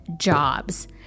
jobs